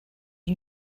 you